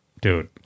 Dude